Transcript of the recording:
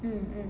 mm mm